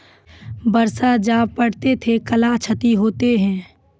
बरसा जा पढ़ते थे कला क्षति हेतै है?